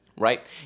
right